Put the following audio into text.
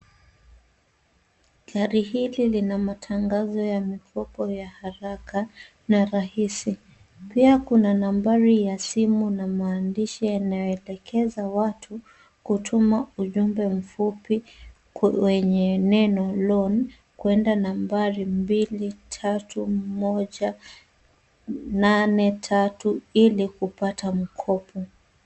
Gari hili lina matangazo ya mikopo ya haraka na rahisi pia kuna nambari ya simu na maandishi yanayo elekeza watu kutuma ujumbe mfupi kwenye neno loan kuenda nambari mbili, tatu, moja, nane, tatu ili kupata mkopo.